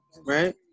right